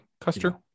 Custer